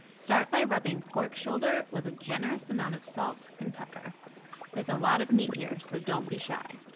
start by rubbing pork shoulder with a generous amount of salt and pepper there's a lot of meat here so don't be shy.